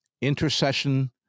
intercession